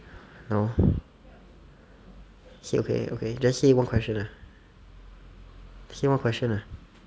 no say okay okay just say one question lah say one question lah